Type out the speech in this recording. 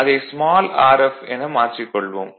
அதை small rf என மாற்றிக் கொள்வோம்